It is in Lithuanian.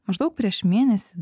maždaug prieš mėnesį